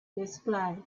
display